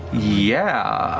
yeah.